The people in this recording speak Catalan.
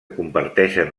comparteixen